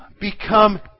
become